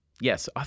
Yes